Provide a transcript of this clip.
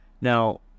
Now